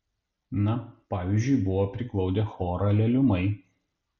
na pavyzdžiui buvo priglaudę chorą leliumai